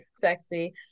Sexy